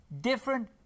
different